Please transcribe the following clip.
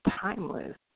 timeless